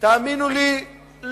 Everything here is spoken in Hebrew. תאמינו לי,